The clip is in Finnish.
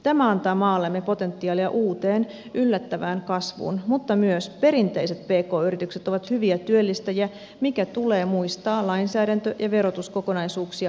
tämä antaa maallemme potentiaalia uuteen yllättävään kasvuun mutta myös perinteiset pk yritykset ovat hyviä työllistäjiä mikä tulee muistaa lainsäädäntö ja verotuskokonaisuuksia harkittaessa